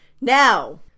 now